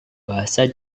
bahasa